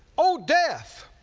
o death,